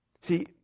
See